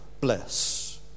bless